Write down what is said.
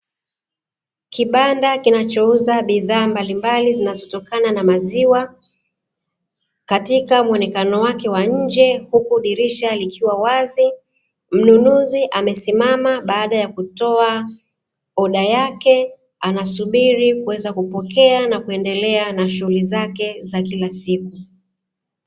Kibanda kinachouza bidhaa mbalimbali zinazotokana na maziwa, katika muonekano wake wa nje, huku dirisha likiwa wazi. Mnunuzi amesimama baada ya kutoa oda yake, anasubiri kuweza kupokea na kuendelea na shughuli zake za kila siku.